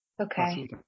Okay